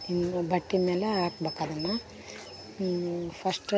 ಇನ್ನು ಬಟ್ಟೆ ಮೇಲೆ ಹಾಕ್ಬೇಕು ಅದನ್ನ ಫಸ್ಟು